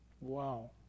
Wow